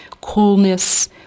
coolness